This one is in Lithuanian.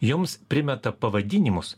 jums primeta pavadinimus